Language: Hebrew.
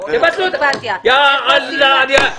אני אתייחס.